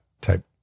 type